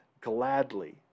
gladly